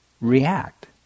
react